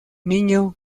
niño